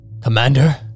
Commander